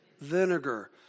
vinegar